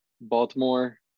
Baltimore